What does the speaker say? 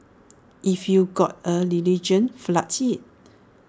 if you've got A religion flaunt IT